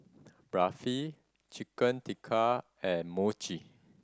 Barfi Chicken Tikka and Mochi